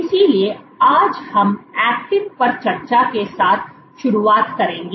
इसलिए आज हम एक्टिन पर चर्चा के साथ शुरुआत करेंगे